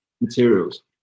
materials